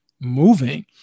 moving